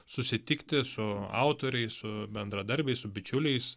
susitikti su autoriais su bendradarbiais su bičiuliais